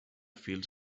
fils